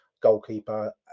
goalkeeper